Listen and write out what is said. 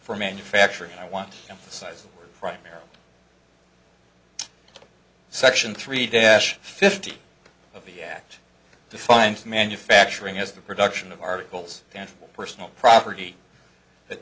for manufacturing and i want the size primarily section three dash fifty of the act defines manufacturing as the production of articles and personal property that